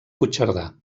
puigcerdà